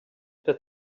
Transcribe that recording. that